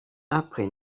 après